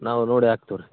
ನಾವು ನೋಡಿ ಹಾಕ್ತೇವ್ ರೀ